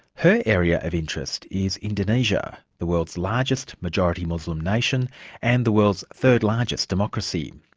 her area of interest is indonesia, the world's largest majority muslim nation and the world's third largest democracy.